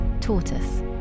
Tortoise